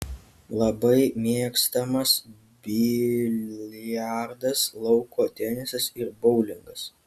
labai mėgstamas biliardas lauko tenisas ir boulingas